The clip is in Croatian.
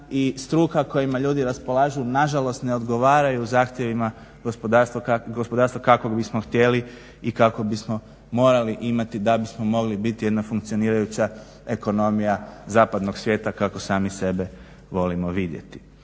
i struka kojima ljudi raspolažu nažalost ne odgovaraju zahtjevima gospodarstva kakvog bismo htjeli i kako bismo morali imati da bismo mogli biti jedna funkcionirajuća ekonomija zapadnog svijeta kako sami sebe volimo vidjeti.